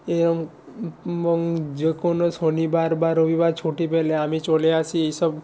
এরম যে কোন শনিবার বা রবিবার ছুটি পেলে আমি চলে আসি এসব